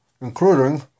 including